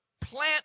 plant